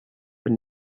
but